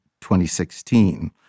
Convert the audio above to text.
2016